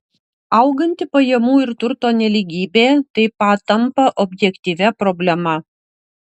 auganti pajamų ir turto nelygybė taip pat tampa objektyvia problema